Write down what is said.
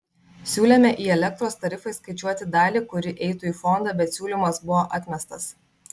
siūlėme į elektros tarifą įskaičiuoti dalį kuri eitų į fondą bet siūlymas buvo atmestas